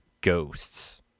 ghosts